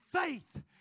faith